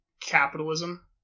capitalism